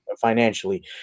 financially